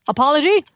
Apology